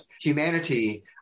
humanity